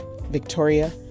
Victoria